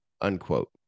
unquote